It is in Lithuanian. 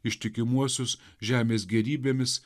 ištikimuosius žemės gėrybėmis